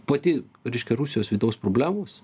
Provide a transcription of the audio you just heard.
pati reiškia rusijos vidaus problemos